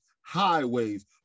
highways